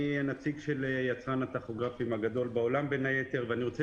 אני הנציג של יצרן הטכוגרפים הגדול בעולם בין היתר ואני רוצה